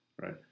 Right